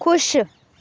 ਖੁਸ਼